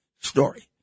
story